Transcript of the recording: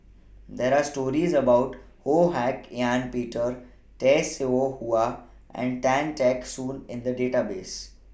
There Are stories about Ho Hak Ean Peter Tay Seow Huah and Tan Teck Soon in The Database